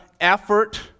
effort